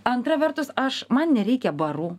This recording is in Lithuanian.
antra vertus aš man nereikia barų